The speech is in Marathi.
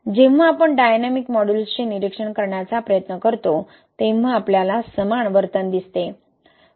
जेव्हा आपण डायनॅमिक मॉड्यूलसचे निरीक्षण करण्याचा प्रयत्न करतो तेव्हा आपल्याला समान वर्तन दिसते